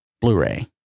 blu-ray